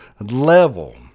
level